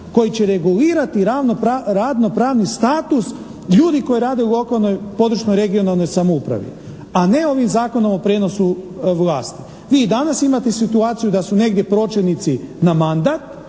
koji će regulirati radnopravni status ljudi koji rade u lokalnoj područnoj regionalnoj samoupravi. A ne ovim Zakonom o prijenosu vlasti. Vi i danas imate situaciju da su negdje pročelnici na mandat,